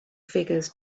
figures